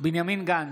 בנימין גנץ,